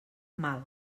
mal